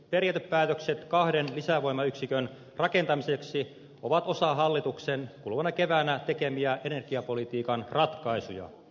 periaatepäätökset kahden lisävoimayksikön rakentamiseksi ovat osa hallituksen kuluvana keväänä tekemiä energiapolitiikan ratkaisuja